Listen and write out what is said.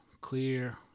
clear